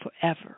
forever